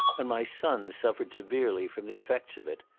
and my son suffered severely from the effects of it.